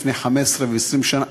מלפני 15 ו-20 שנה,